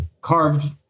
carved